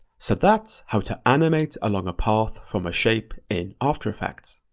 so that's how to animate along a path from a shape in after effects.